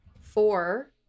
four